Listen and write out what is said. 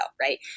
right